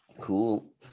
cool